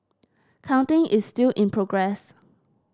counting is still in progress